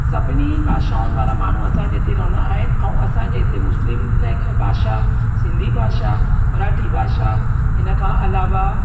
सभिनी भाषाउनि वारा माण्हू असांजे हिते रहंदा आहिनि ऐं असांजे हिते मुस्लिम लाइ हिक भाषा सिंधी भाषा मराठी भाषा हिन खां अलावा